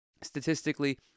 statistically